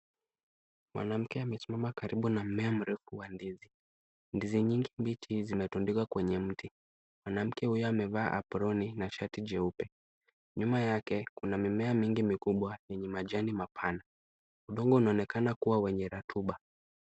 Mwanamke amesimama karibu na mmea mrefu wa ndizi. Ndizi mingi mbichi zimetundikwa kwenye mti. Mwanamke huyo amevaa aproni na shati jeupe. Nyuma yake kuna mimea mingi mikubwa yenye majani mapana. Udongo unaonekana kuwa wenye rutuba.